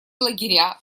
лагеря